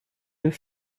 deux